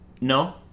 No